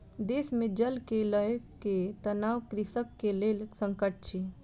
देश मे जल के लअ के तनाव कृषक के लेल संकट अछि